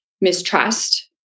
mistrust